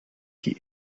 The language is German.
die